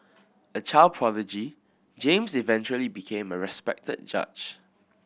a child prodigy James eventually became a respected judge